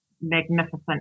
magnificent